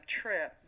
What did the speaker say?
trip